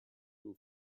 who